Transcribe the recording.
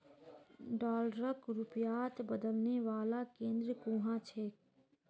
डॉलरक रुपयात बदलने वाला केंद्र कुहाँ छेक